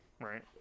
right